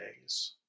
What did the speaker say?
days